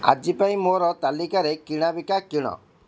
ଆଜି ପାଇଁ ମୋର ତାଲିକାରେ କିଣାବିକା କିଣ